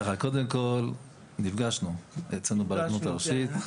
קודם כל נפגשנו אצלנו ברבנות הראשית.